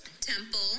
Temple